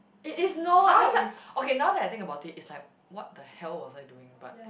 it is not that's why okay now that I think about it it's like what the hell was I doing but